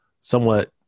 somewhat